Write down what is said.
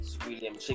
william